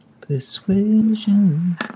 Persuasion